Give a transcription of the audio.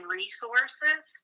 resources